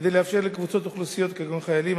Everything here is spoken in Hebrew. כדי לאפשר לקבוצות אוכלוסייה כגון חיילים,